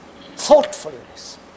thoughtfulness